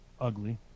ugly